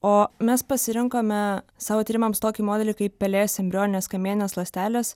o mes pasirinkome savo tyrimams tokį modelį kaip pelės embrioninės kamieninės ląstelės